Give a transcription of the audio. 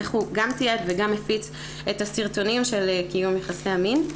איך הוא גם תיעד וגם הפיץ את הסרטונים של קיום יחסי המין.